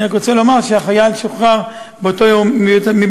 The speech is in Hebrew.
אני רק רוצה לומר שהחייל שוחרר באותו יום מבית-החולים,